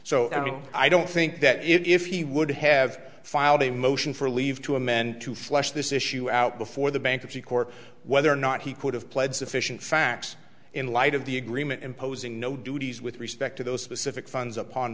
so i don't think that if he would have filed a motion for leave to amend to flesh this issue out before the bankruptcy court whether or not he could have pled sufficient facts in light of the agreement imposing no duties with respect to those specific funds upon